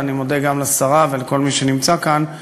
ואני מודה גם לשרה ולכל מי שנמצא כאן,